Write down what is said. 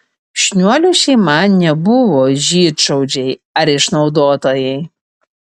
šniuolių šeima nebuvo žydšaudžiai ar išnaudotojai